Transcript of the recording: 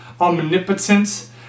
omnipotent